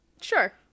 Sure